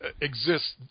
exists